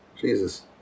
Jesus